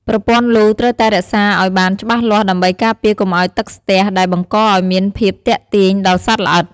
ប្រព័ន្ធលូត្រូវតែរក្សាឱ្យបានច្បាស់លាស់ដើម្បីការពារកុំឱ្យទឹកស្ទះដែលបង្កឲ្យមានភាពទាក់ទាញដល់សត្វល្អិត។